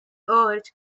earth